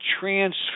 transfer